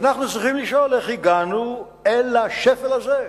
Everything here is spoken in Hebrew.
ואנחנו צריכים לשאול איך הגענו אל השפל הזה.